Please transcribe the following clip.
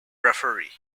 referee